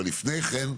אבל לפני כן,